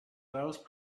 those